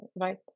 right